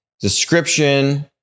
description